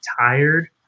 tired